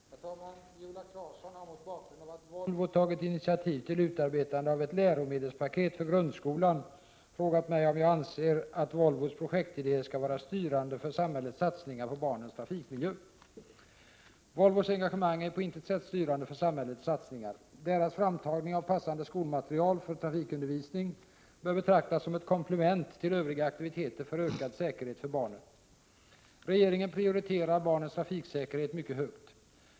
Herr talman! Viola Claesson har mot bakgrund av att Volvo tagit initiativ till utarbetande av ett läromedelspaket för grundskolan frågat mig om jag anser att Volvos projektidéer skall vara styrande för samhällets satsningar på barnens trafikmiljö. Volvos engagemang är på intet sätt styrande för samhällets satsningar. Volvos framtagning av passande skolmaterial för trafikundervisning bör betraktas som ett komplement till övriga aktiviteter för ökad säkerhet för barnen. Regeringen prioriterar barnens trafiksäkerhet mycket högt.